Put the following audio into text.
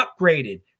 upgraded